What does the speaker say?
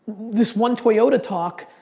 this one toyota talk,